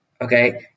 Okay